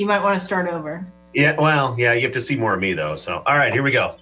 you might want to start over yeah well yeah you have to see more of me though so all right here we go